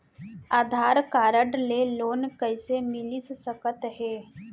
आधार card ले loan कइसे मिलिस सकत हे?